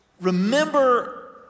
remember